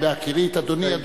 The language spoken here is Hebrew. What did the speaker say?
ובהכירי את אדוני,